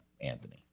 Anthony